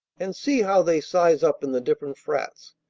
and see how they size up in the different frats.